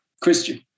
Christian